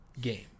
game